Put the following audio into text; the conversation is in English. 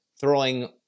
throwing